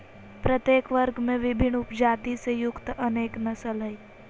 प्रत्येक वर्ग में विभिन्न उपजाति से युक्त अनेक नस्ल हइ